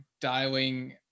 dialing